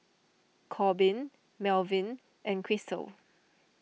Korbin Melvyn and Krystle